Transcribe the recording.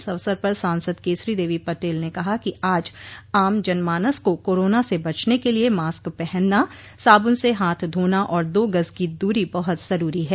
इस अवसर पर सांसद केसरीदेवी पटेल ने कहा कि आज आम जन मानस को कोरोना से बचने के लिये मास्क पहनना साबुन से हाथ धोना और दो गज की दूरी बहुत जरूरी है